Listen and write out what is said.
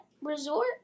resort